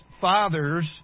Fathers